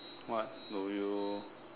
what do you